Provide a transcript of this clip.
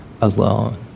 alone